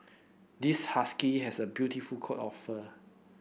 this husky has a beautiful coat of fur